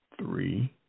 three